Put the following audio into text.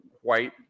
white